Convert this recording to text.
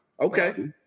Okay